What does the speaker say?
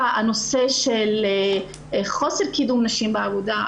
הנושא של חוסר קידום נשים בעבודה,